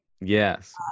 yes